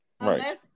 Right